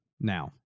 now